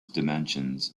dimensions